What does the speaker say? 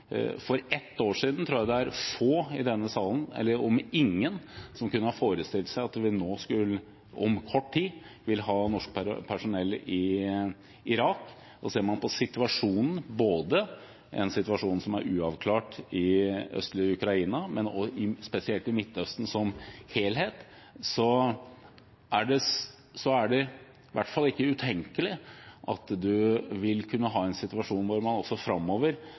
For ett år siden tror jeg det var få, om ingen, i denne sal som kunne ha forestilt seg at vi om kort tid vil ha norsk personell i Irak. Ser man på situasjonen – en situasjon som er uavklart i østlige Ukraina, og spesielt i Midtøsten – som helhet, er det i hvert fall ikke utenkelig at man vil kunne ha en situasjon også framover hvor man vil ha utenlandsoperasjoner. Det vil være regelen mer enn unntaket – som det jo også